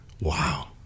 Wow